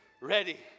Ready